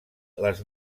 les